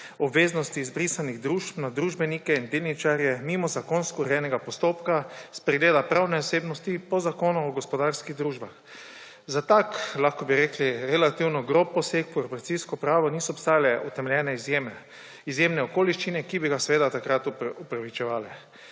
obveznosti izbrisanih družb na družbenike in delničarje mimo zakonsko urejenega postopka spregleda pravne osebnosti po Zakonu o gospodarskih družbah. Za takšen relativno grob poseg v korporacijsko pravo niso obstajale utemeljene izjeme, izjemne okoliščine, ki bi ga takrat upravičevale.